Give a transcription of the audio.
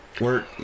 Work